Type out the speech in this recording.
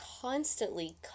constantly